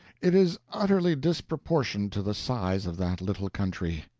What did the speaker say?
it is utterly disproportioned to the size of that little country.